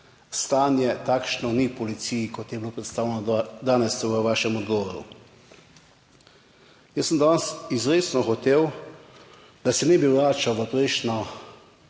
stanje takšno ni policiji, kot je bilo predstavljeno danes v vašem odgovoru. Jaz sem danes izrecno hotel, da se ne bi vračal v prejšnjo